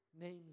name's